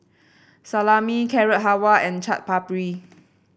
Salami Carrot Halwa and Chaat Papri